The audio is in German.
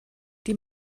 die